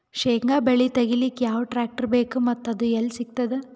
ಶೇಂಗಾ ಬೆಳೆ ತೆಗಿಲಿಕ್ ಯಾವ ಟ್ಟ್ರ್ಯಾಕ್ಟರ್ ಬೇಕು ಮತ್ತ ಅದು ಎಲ್ಲಿ ಸಿಗತದ?